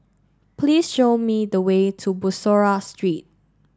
please show me the way to Bussorah Street